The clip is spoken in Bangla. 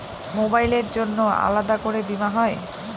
মোবাইলের জন্য আলাদা করে বীমা হয়?